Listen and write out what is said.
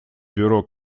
бюро